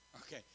Okay